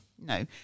no